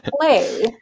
play